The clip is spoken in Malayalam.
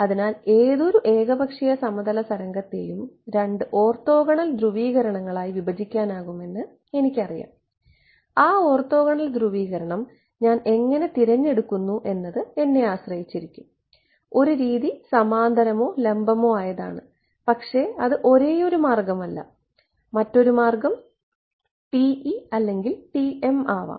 അതിനാൽ ഏതൊരു ഏകപക്ഷീയ സമതല തരംഗത്തെയും രണ്ട് ഓർത്തോഗണൽ ധ്രുവീകരണങ്ങളായി വിഭജിക്കാനാകുമെന്ന് എനിക്കറിയാം ആ ഓർത്തോഗണൽ ധ്രുവീകരണം ഞാൻ എങ്ങനെ തിരഞ്ഞെടുക്കുന്നു എന്നത് എന്നെ ആശ്രയിച്ചിരിക്കും ഒരു രീതി സമാന്തരമോ ലംബമോ ആയതാണ് പക്ഷേ അത് ഒരേയൊരു മാർഗ്ഗമല്ല മറ്റൊരു മാർഗ്ഗം TE അല്ലെങ്കിൽ TM ആകാം